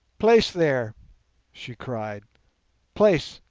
place there she cried place,